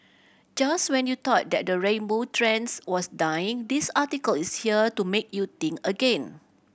just when you thought that the rainbow trend was dying this article is here to make you think again